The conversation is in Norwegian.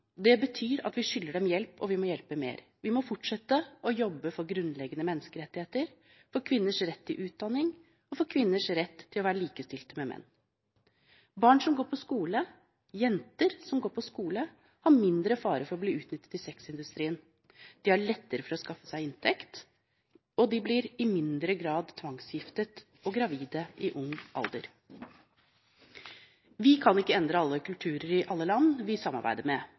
Det betyr at vi skylder dem hjelp, og vi må hjelpe mer. Vi må fortsette å jobbe for grunnleggende menneskerettigheter, for kvinners rett til utdanning og for kvinners rett til å være likestilte med menn. For barn som går på skole, jenter som går på skole, er det mindre fare for å bli utnyttet i sexindustrien. De har lettere for å skaffe seg inntekt, og de blir i mindre grad tvangsgiftet og gravide i ung alder. Vi kan ikke endre alle kulturer i alle land vi samarbeider med,